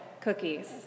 cookies